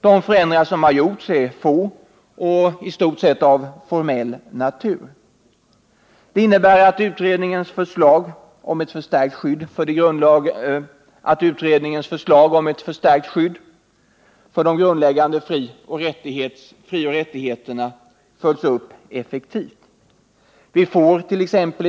De förändringar som har gjorts är få och i stort sett av formell natur. Det innebär att utredningens förslag om ett förstärkt skydd för de grundläggande frioch rättigheterna följs upp effektivt. Vi fårt.ex.